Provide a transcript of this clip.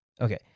Okay